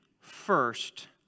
first